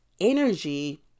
energy